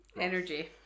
Energy